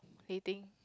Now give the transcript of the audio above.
dating